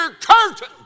curtain